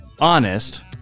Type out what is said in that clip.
honest